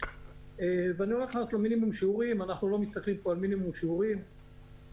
ואני לא נכנס למינימום שיעורים כי אצלנו